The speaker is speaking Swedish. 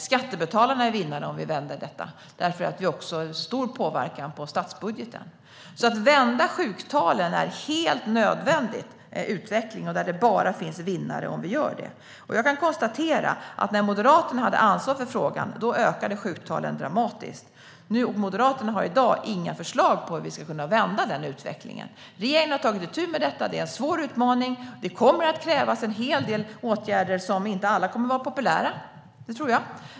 Skattebetalarna är också vinnare om vi vänder detta, för det har stor påverkan på statsbudgeten. Att vända utvecklingen när det gäller sjuktalen är helt nödvändigt. Det finns bara vinnare om vi gör det. Jag kan konstatera att när Moderaterna hade ansvar för frågan ökade sjuktalen dramatiskt. Moderaterna har i dag inga förslag på hur vi ska kunna vända utvecklingen. Regeringen har tagit itu med detta. Det är en svår utmaning. Det kommer att krävas en hel del åtgärder. Jag tror inte att alla åtgärder kommer att vara populära.